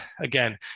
again